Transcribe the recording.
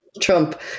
Trump